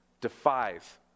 defies